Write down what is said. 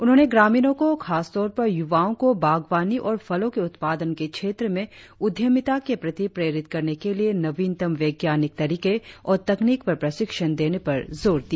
उन्होंने ग्रामीणों को खासतौर पर युवाओं को बागवानी और फलों के उत्पादन के क्षेत्र में उद्यमिता के प्रति प्रेरित करने के लिए नवीनतम वैज्ञानिक तरीके और तकनीक पर प्रशिक्षण देने पर जोर दिया